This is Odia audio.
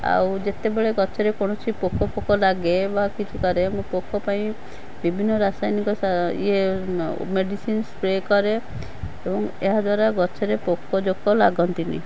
ଆଉ ଯେତେବେଳେ ଗଛରେ କୌଣସି ପୋକ ଫୋକ ଲାଗେ ବା କିଛି କରେ ମୁଁ ପୋକ ପାଇଁ ବିଭିନ୍ନ ରାସାୟନିକ ମେଡ଼ିସିନ୍ ସ୍ପ୍ରେ କରେ ଏବଂ ଏହାଦ୍ୱାରା ଗଛରେ ପୋକ ଜୋକ ଲାଗନ୍ତିନି